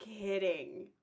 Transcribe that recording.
kidding